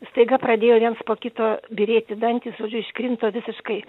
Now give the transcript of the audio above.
staiga pradėjo viens po kito byrėti dantys žodžiu iškrinto visiškai